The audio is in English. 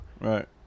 Right